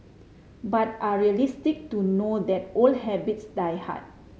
but are realistic to know that old habits die hard